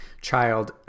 child